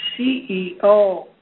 CEO